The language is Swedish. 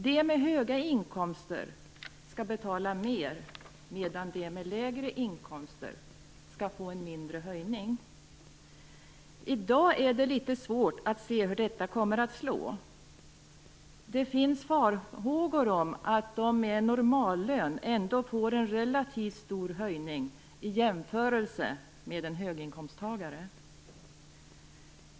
De med höga inkomster skall betala mer, medan de med lägre inkomster skall få en mindre höjning. I dag är det litet svårt att se hur detta kommer att slå. Det finns farhågor om att de med normallön ändå får en relativt stor höjning i jämförelse med en höginkomsttagare.